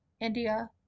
India